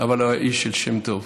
אבל הוא היה איש של שם טוב.